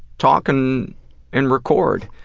talk and and record.